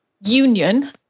union